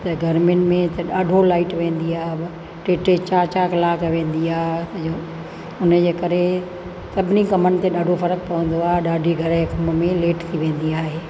त गर्मीयुनि में त ॾाढो लाइट वेंदी आहे टे टे चारि चारि कलाक वेंदी आहे उन जे करे सभिनी कमनि खे ॾाढो फ़र्क़ु पवंदो आहे ॾाढी घर जे कम में लेट थी वेंदी आहे